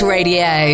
Radio